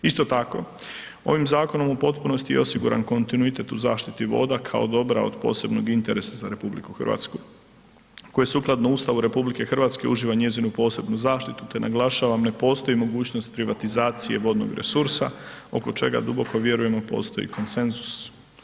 Isto tako, ovim zakonom u potpunosti je osiguran kontinuitet u zaštiti voda kao dobra od posebnog interesa za RH koji sukladno Ustavu RH uživa njezinu posebnu zaštitu te naglašavam ne postoji mogućnost privatizacije vodnog resursa oko čega duboko vjerujemo postoji konsenzus.